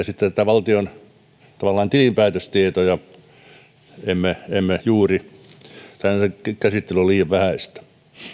sitten valtion tilinpäätöstietoja emme emme juuri tai ainakin käsittely on liian vähäistä